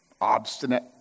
obstinate